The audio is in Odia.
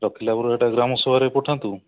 ରଖିଲା ପରେ ସେଇଟା ଗ୍ରାମସଭାରେ ପଠାନ୍ତୁ